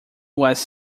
was